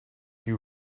you